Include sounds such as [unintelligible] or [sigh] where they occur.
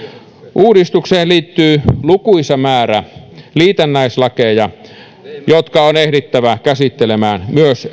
uudistukseen liittyy lukuisa määrä liitännäislakeja jotka on ehdittävä käsittelemään myös [unintelligible]